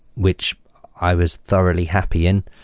which i was thoroughly happy in.